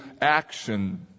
action